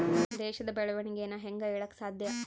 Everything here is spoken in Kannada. ದೇಶದ ಬೆಳೆವಣಿಗೆನ ಹೇಂಗೆ ಹೇಳಕ ಸಾಧ್ಯ?